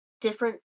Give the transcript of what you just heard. different